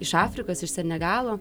iš afrikos iš senegalo